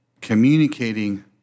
communicating